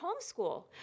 homeschool